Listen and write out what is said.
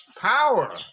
power